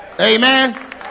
Amen